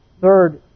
third